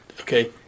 okay